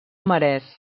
marès